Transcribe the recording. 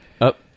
up